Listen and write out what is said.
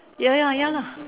ya ya ya lah